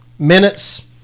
Minutes